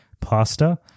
pasta